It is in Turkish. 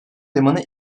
limanı